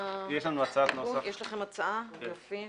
(הישיבה נפסקה בשעה 12:00 ונתחדשה בשעה 12:10.)